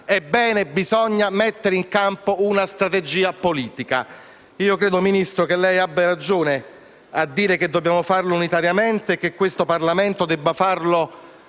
Ebbene, bisogna mettere in campo una strategia politica. Credo, signor Ministro, che lei abbia ragione a dire che dobbiamo farlo unitariamente e che questo Parlamento debba farlo senza